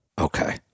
Okay